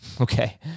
Okay